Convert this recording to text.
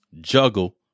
juggle